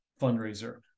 fundraiser